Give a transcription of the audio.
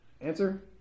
Answer